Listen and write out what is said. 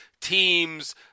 teams